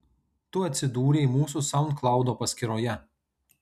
tu atsidūrei mūsų saundklaudo paskyroje